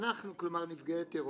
אנחנו כלומר נפגעי טרור.